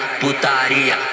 putaria